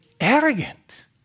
arrogant